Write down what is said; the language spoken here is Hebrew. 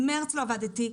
לא עבדתי במרץ,